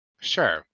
sure